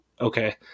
okay